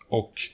och